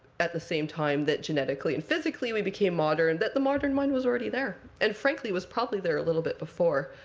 at the same time that genetically and physically we became modern, that the modern mind was already there, and, frankly, was probably there a little bit before.